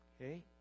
Okay